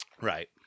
Right